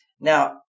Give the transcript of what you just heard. Now